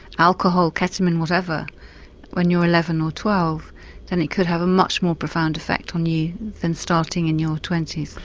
alcohol, ketamine or whatever when you're eleven or twelve then it could have a much more profound effect on you than starting in your twenty s.